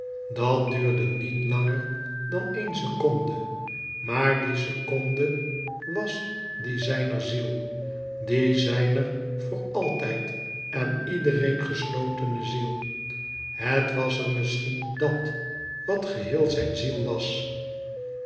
dat duurde niet langer dan een seconde maar die seconde was die zijner ziel die zijner voor altijd en iedereen geslotene ziel het was er misschien dat wat geheel zijn ziel was